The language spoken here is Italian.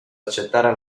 accettare